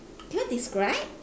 can you describe